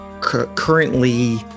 currently